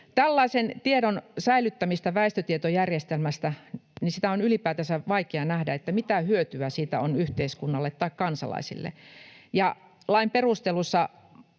Tällaisen tiedon säilyttäminen väestötietojärjestelmässä — on ylipäätänsä vaikea nähdä, mitä hyötyä siitä on yhteiskunnalle tai kansalaisille. Lain perusteluissa